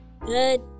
good